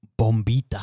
Bombita